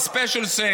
A special thanks